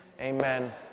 Amen